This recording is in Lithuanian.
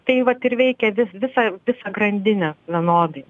tai vat ir veikia vis visą visą grandinę vienodai